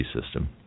system